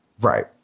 Right